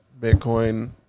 Bitcoin